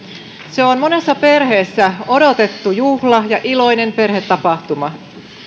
se on monessa perheessä odotettu juhla ja iloinen perhetapahtuma